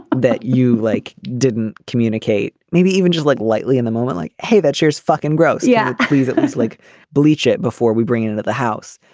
that you like didn't communicate. maybe even just like lightly in the moment like hey that shit is fucking gross. yeah please. it's like like bleach it before we bring it into the house.